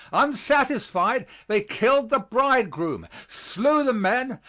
unsatisfied, they killed the bridegroom, slew the men,